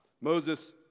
Moses